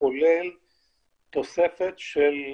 כולל תוספת של בדיקות,